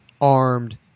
armed